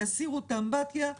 יסירו את האמבטיה,